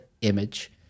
image